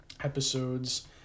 episodes